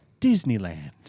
Disneyland